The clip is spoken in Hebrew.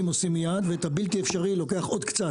עושים מיד ואת הבלתי אפשרי לוקח עוד קצת,